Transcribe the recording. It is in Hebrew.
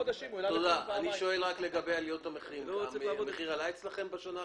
אבל האם המחיר אצלכם עלה בשנה האחרונה?